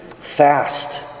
fast